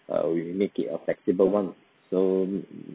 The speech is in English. err we make it a flexible [one] so